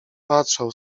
patrzał